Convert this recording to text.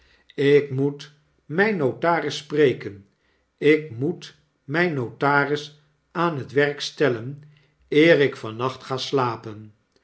ik moet mijn notaris spreken ik moet myn notaris aan het werk stellen eerik van nacht ga slapen